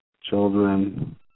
children